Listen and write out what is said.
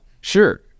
Sure